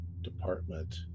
department